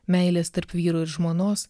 meilės tarp vyro ir žmonos